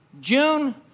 June